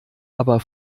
aber